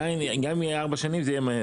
גם אם זה יהיה ארבע שנים, זה יהיה מהר.